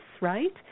right